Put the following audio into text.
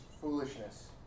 foolishness